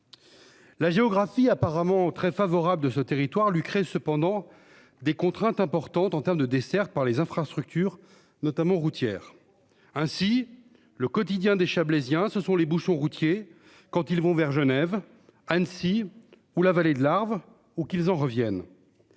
La géographie apparemment très favorable de ce territoire lui crée cependant des contraintes importantes en terme de desserte par les infrastructures, notamment routières. Ainsi, le quotidien des Chablaisiens ce sont les bouchons routiers quand ils vont vers Genève Annecy où la vallée de l'Arve ou qu'ils en reviennent.